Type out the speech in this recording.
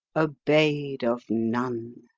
obey'd of none.